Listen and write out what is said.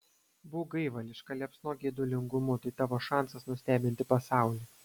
būk gaivališka liepsnok geidulingumu tai tavo šansas nustebinti pasaulį